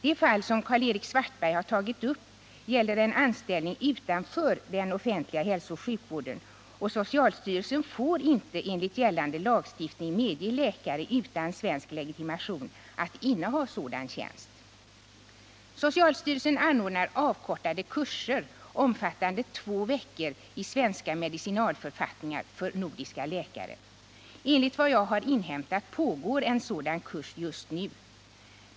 Det fall som Karl-Erik Svartberg har tagit upp gäller en anställning utanför den offentliga hälsooch sjukvården, och socialstyrelsen får inte enligt gällande lagstiftning medge läkare utan svensk legitimation att inneha sådan tjänst. Socialstyrelsen anordnar avkortade kurser omfattande två veckor i svenska medicinalförfattningar för nordiska läkare. Enligt vad jag har inhämtat pågår en sådan kurs just nu.